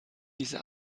diese